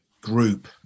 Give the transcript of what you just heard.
group